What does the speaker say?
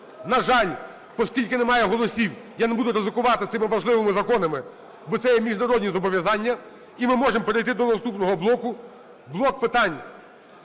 На жаль, поскільки немає голосів, я не буду ризикувати цими важливими законами, бо це є міжнародні зобов'язання. І ми можемо перейти до наступного блоку – блок питань